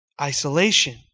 isolation